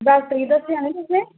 डाॅक्टरे गी दस्सेआ तुसें